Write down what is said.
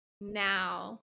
now